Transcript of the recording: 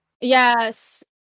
yes